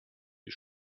you